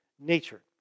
nature